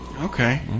Okay